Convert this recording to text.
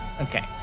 Okay